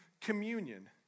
communion